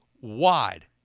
wide